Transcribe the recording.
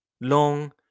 long